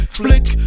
flick